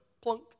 plunk